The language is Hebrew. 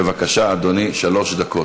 בבקשה, אדוני, שלוש דקות.